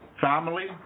family